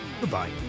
goodbye